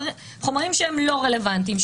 חומרים שהם לא רלוונטיים,